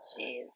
Jeez